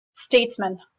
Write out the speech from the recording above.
statesman